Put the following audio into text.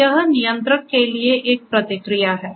तो यह नियंत्रक के लिए एक प्रतिक्रिया है